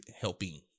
helping